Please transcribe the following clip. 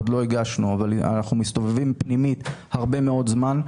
עוד לא הגשנו אבל אנחנו מסתובבים פנימית הרבה מאוד זמן.